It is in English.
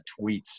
tweets